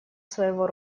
своего